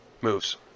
moves